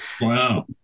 Wow